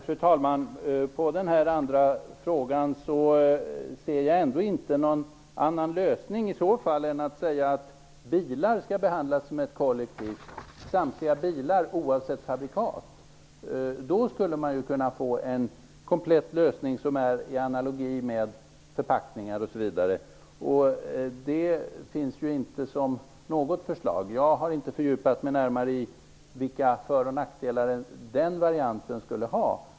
Fru talman! Jag ser ändå inte någon annan lösning på den andra frågan än att säga att samtliga bilar oavsett fabrikat skall behandlas som ett kollektiv. Då skulle man kunna få en komplett lösning som är i analogi med det som gäller för förpackningar. Men detta ingår inte i något förslag. Jag har inte fördjupat mig närmare i vilka för och nackdelar den varianten skulle ha.